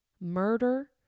murder